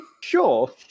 Sure